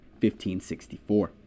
1564